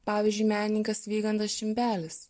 pavyzdžiui menininkas vygandas šimbelis